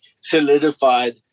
solidified